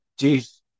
Jeez